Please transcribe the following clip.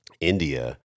India